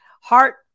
Heart